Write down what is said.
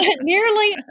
Nearly